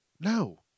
No